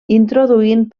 introduint